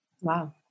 Wow